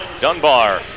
Dunbar